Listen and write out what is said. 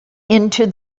into